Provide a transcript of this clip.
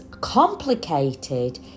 complicated